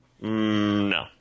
No